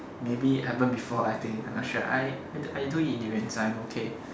maybe happen before I think I not sure I I do events I'm okay